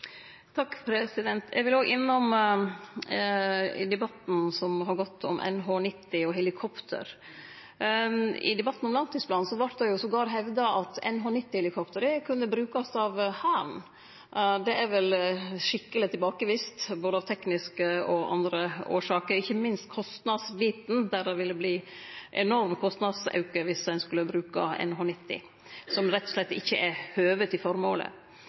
Eg vil òg innom den debatten som har gått om NH90 og helikopter. I debatten om langtidsplanen vart det til og med hevda at NH90-helikoptra kunne brukast av Hæren. Det er vel skikkeleg tilbakevist, både av tekniske og av andre årsaker, ikkje minst med kostnadsbiten – det ville verte ein enorm kostnadsauke viss ein skulle bruke NH90, som rett og slett ikkje høver til